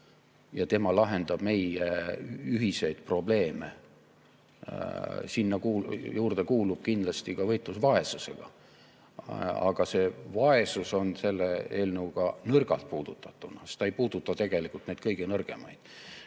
tema lahendab meie ühiseid probleeme. Sinna juurde kuulub kindlasti ka võitlus vaesusega. Aga see vaesus on selle eelnõuga nõrgalt puutumuses, sest see ei puuduta tegelikult neid kõige nõrgemaid,